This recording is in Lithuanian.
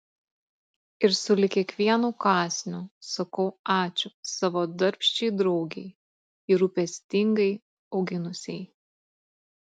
ir sulig kiekvienu kąsniu sakau ačiū savo darbščiai draugei jį rūpestingai auginusiai